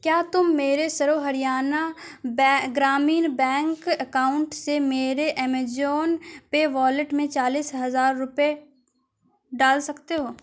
کیا تم میرے سرو ہریانہ گرامین بینک اکاؤنٹ سے میرے ایمیجون پے والیٹ میں چالیس ہزار روپے ڈال سکتے ہو